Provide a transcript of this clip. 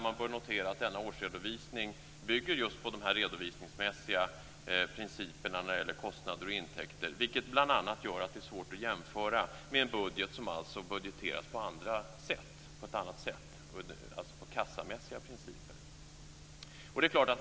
Man bör notera att denna årsredovisning bygger just på de redovisningsmässiga principerna när det gäller kostnader och intäkter, vilket bl.a. gör att det är svårt att jämföra med en budget som budgeteras enligt kassamässiga principer.